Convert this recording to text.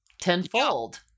tenfold